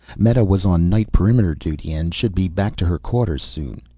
meta was on night perimeter duty and should be back to her quarters soon.